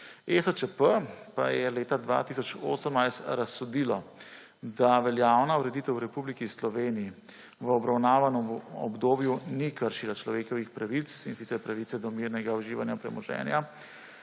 ESČP pa je leta 2018 razsodilo, da veljavna ureditev v Republiki Sloveniji v obravnavanem obdobju ni kršila človekovih pravic, in sicer pravice do mirnega uživanja premoženja,